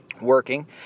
working